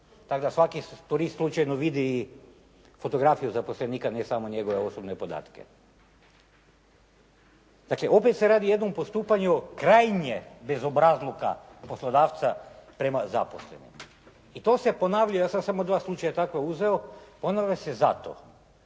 tako da svaki turist slučajno vidi i fotografiju zaposlenika, a ne samo njegove osobne podatke. Dakle, opet se radi o jednom postupanju krajnjeg bezobrazluka poslodavca prema zaposlenim. I to se ponavlja. Ja sam samo dva slučaja tako uzeo. Ponavlja se zato,